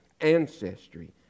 ancestry